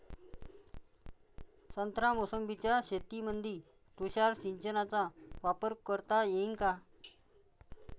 संत्रा मोसंबीच्या शेतामंदी तुषार सिंचनचा वापर करता येईन का?